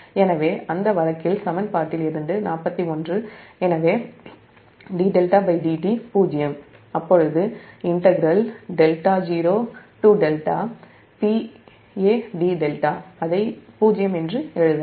எனவே அந்த வழக்கில் சமன்பாட்டிலிருந்து 41 எனவே d𝜹dt'0'அப்பொழுது அதை '0' என்று எழுதலாம்